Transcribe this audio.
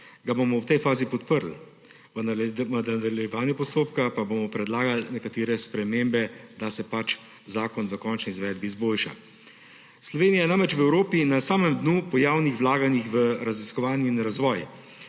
ga bomo v tej fazi podprli, v nadaljevanju postopka pa bomo predlagali nekatere spremembe, da se pač zakon v končni izvedbi izboljša. Slovenija je namreč v Evropi na samem dnu po javnih vlaganjih v raziskovanje in razvoj,